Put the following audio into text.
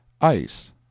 ice